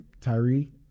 Tyree